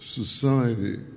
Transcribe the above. society